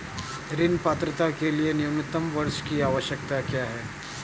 ऋण पात्रता के लिए न्यूनतम वर्ष की आवश्यकता क्या है?